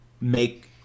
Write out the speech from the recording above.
make